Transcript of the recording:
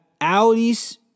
Audis